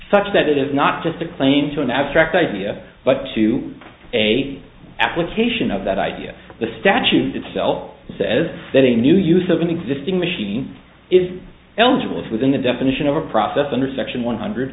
such that it is not just a claim to an abstract idea but to a application of that idea the statute itself says that a new use of an existing machine is eligible if within the definition of a process under section one hundred